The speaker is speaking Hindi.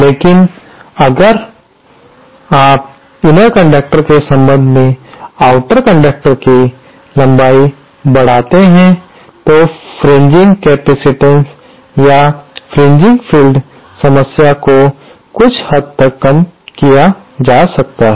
लेकिन अगर आप इनर कंडक्टर के संबंध में आउटर कंडक्टर की लंबाई बढ़ाते हैं तो फ्रिंजिंग कैपेसिटेंस या फ्रिंजिंग फील्ड समस्या को कुछ हद तक कम किया जा सकता है